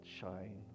shine